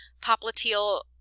popliteal